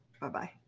Bye-bye